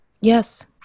Yes